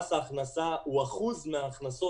מס ההכנסה הוא אחוז מההכנסות,